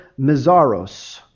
Mizaros